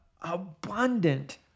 abundant